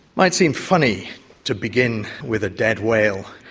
might seem funny to begin with a dead whale,